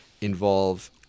involve